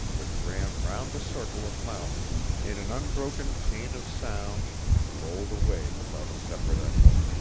which ran round the circle of mountains in an unbroken chain of sound and rolled away without a separate echo.